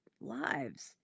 lives